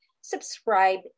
subscribe